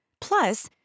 Plus